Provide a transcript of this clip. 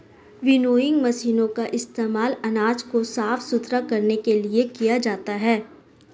winnowing मशीनों का इस्तेमाल अनाज को साफ सुथरा करने के लिए किया जाता है